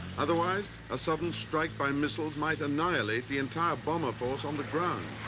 otherwise a sudden strike by missiles might annihilate the entire bomber force on the ground.